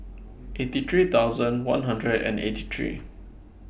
eighty three thousand one hundred and eighty three